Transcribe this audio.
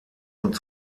und